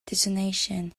detonation